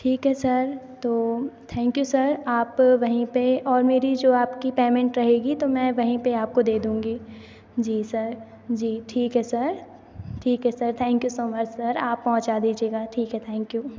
ठीक है सर तो थैंक यू सर आप वहीं पर और मेरी जो आपकी पेमेंट रहेगी तो मैं वहीं पर आपको दे दूँगी जी सर जी ठीक है सर ठीक है sir thank you so much sir आप पहुँचा दीजिएगा ठीक है थैंक यू